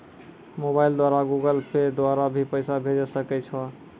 Mobile द्वारा Google Pay के द्वारा भी पैसा भेजै सकै छौ?